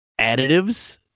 additives